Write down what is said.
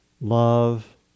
love